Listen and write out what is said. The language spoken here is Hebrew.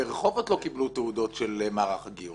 ברחובות לא קיבלו תעודות של מערך הגיור.